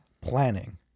Planning